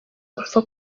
gupfa